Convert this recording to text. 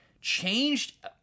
changed